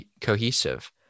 cohesive